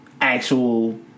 actual